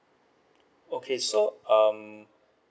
okay so um